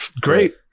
Great